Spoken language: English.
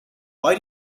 why